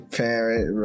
parent